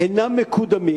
אינם מקודמים.